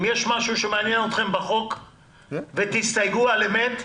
אם יש משהו שמעניין אתכם בחוק ותסתייגו על אמת,